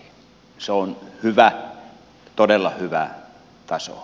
se on hyvä todella hyvä taso